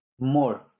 More